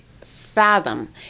fathom